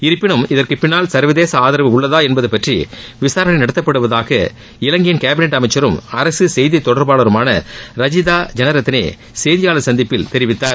இருப்பினும் இதற்கு பின்னால் சா்வதேச ஆதரவு உள்ளதா என்பது பற்றி விசாரணை நடத்தப்படுவதாக இலங்கையின் கேபினெட் அமைச்சரும் அரசு செய்திதொடர்பாளருமான ரஜீதா செனரத்னே செய்தியாளர் சந்திப்பில் தெரிவித்தார்